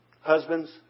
Husbands